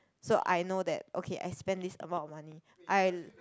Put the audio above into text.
so I know that okay I spend this amount of money I